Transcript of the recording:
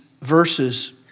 verses